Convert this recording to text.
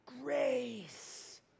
Grace